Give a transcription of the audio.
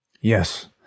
Yes